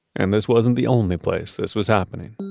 and this wasn't the only place this was happening